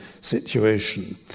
situation